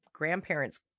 grandparents